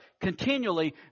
continually